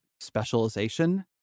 specialization